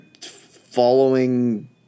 following